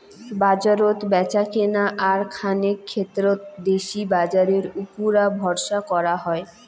বাজারত ব্যাচাকেনা আর খানেক ক্ষেত্রত দেশি বাজারের উপুরা ভরসা করাং হই